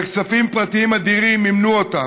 וכספים פרטיים אדירים מימנו אותם.